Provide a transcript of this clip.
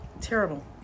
Terrible